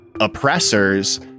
oppressors